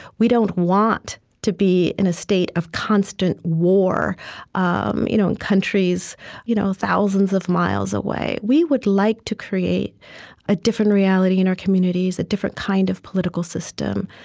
we don't want to be in a state of constant war um you know in countries you know thousands of miles away. we would like to create a different reality in our communities, a different kind of political system.